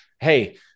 hey